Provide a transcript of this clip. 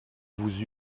vous